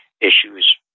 issues